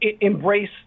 embrace